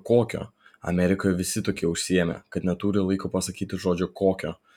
kokio amerikoje visi tokie užsiėmę kad neturi laiko pasakyti žodžio kokio